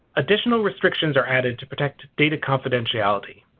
additional restrictions are added to protect data confidentiality.